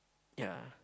ya